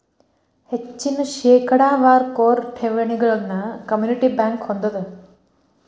ಹೆಚ್ಚಿನ ಶೇಕಡಾವಾರ ಕೋರ್ ಠೇವಣಿಗಳನ್ನ ಕಮ್ಯುನಿಟಿ ಬ್ಯಂಕ್ ಹೊಂದೆದ